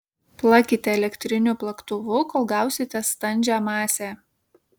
plakite elektriniu plaktuvu kol gausite standžią masę